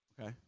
Okay